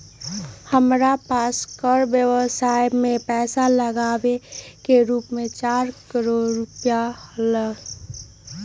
हमरा पास कर व्ययवसाय में पैसा लागावे के रूप चार करोड़ रुपिया हलय